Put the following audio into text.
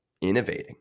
innovating